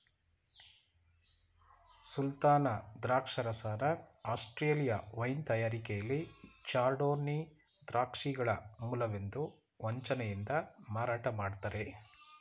ಸುಲ್ತಾನ ದ್ರಾಕ್ಷರಸನ Australia wine ತಯಾರಿಕೆಲಿ chardonnay ದ್ರಾಕ್ಷಿಗಳ ಮೂಲವೆಂದು ವಂಚನೆಯಿಂದ ಮಾರಾಟ ಮಾಡ್ತರೆ